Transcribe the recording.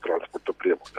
transporto priemonės